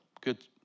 good